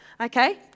okay